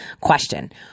question